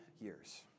years